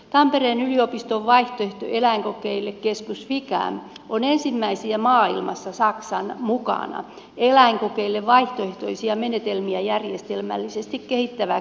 tampereen yliopiston vaihtoehto eläinkokeille keskus ficam on ensimmäisiä maailmassa saksa mukana eläinkokeille vaihtoehtoisia menetelmiä järjestelmällisesti kehittävä keskus